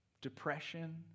depression